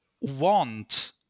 want